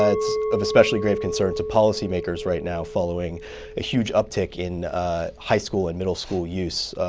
ah it's of especially grave concern to policymakers right now, following a huge uptick in high school and middle school use,